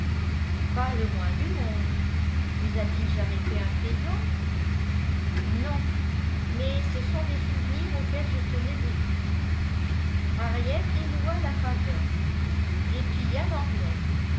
pas le moins du monde vous a-t-il jamais fait un présent non mais ce sont des souvenirs auxquels je tenais beaucoup henriette dénoua la faveur déplia l'enveloppe